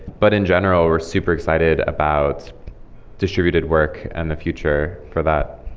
but in general, we're super excited about distributed work and the future for that